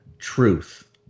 Truth